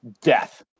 death